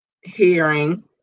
hearing